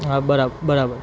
હા બરાબર